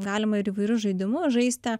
galima ir įvairius žaidimus žaisti